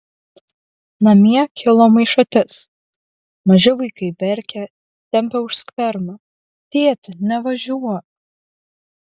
namie kilo maišatis maži vaikai verkia tempia už skverno tėti nevažiuok